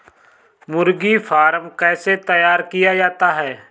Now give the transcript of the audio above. मुर्गी फार्म कैसे तैयार किया जाता है?